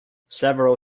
several